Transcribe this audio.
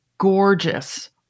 gorgeous